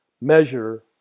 measure